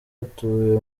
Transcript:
utuye